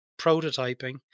prototyping